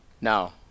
Now